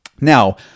Now